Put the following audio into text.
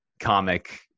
comic